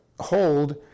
hold